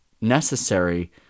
necessary